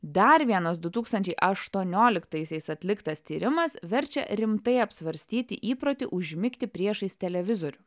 dar vienas du tūkstančiai aštuonioliktaisiais atliktas tyrimas verčia rimtai apsvarstyti įprotį užmigti priešais televizorių